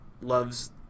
loves